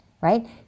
right